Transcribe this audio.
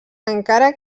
encara